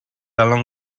along